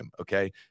okay